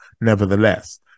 nevertheless